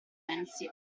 pensi